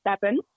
seven